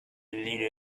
leader